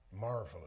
marvelous